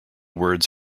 words